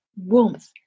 warmth